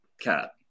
cat